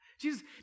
Jesus